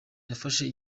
yafashe